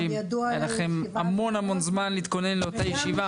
היה לכם המון-המון זמן להתכונן לאותה ישיבה.